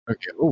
Okay